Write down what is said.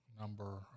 number